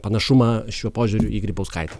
panašumą šiuo požiūriu į grybauskaitę